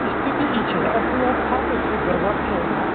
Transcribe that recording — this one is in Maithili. स्थिति ई छै अर्थव्यवस्था तऽ छै गड़बड़ छै ओना